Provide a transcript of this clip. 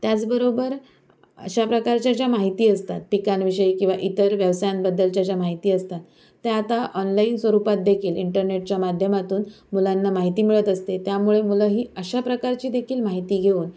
त्याचबरोबर अशा प्रकारच्या ज्या माहिती असतात पिकांविषयी किंवा इतर व्यवसायांबद्दलच्या ज्या माहिती असतात त्या आता ऑनलाईन स्वरूपात देखील इंटरनेटच्या माध्यमातून मुलांना माहिती मिळत असते त्यामुळे मुलं ही अशा प्रकारची देखील माहिती घेऊन